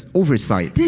oversight